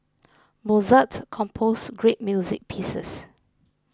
Mozart composed great music pieces